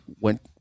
went